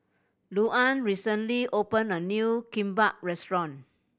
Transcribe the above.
Louann recently opened a new Kimbap Restaurant